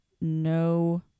no